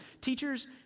Teachers